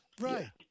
Right